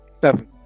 Seven